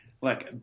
look